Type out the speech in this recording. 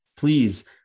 please